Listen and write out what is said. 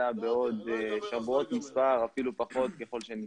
אלא בעוד שבועות מספר, אפילו פחות, ככל שניתן.